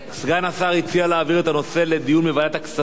סגן השר הציע להעביר את הנושא לדיון בוועדה הכספים.